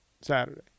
Saturday